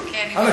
כיבוש.